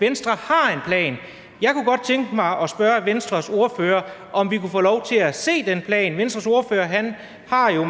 Venstre har en plan. Jeg kunne godt tænke mig at spørge Venstres ordfører, om vi kunne få lov til at se den plan. Venstres ordfører har jo